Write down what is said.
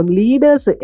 leaders